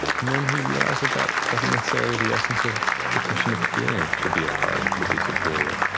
and then he realized that that wasn't necessarily the essence of the christian experience, to be apart or to be superior